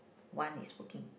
one is working